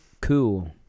cool